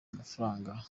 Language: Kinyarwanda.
mafaranga